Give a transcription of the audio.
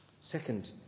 second